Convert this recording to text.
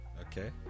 okay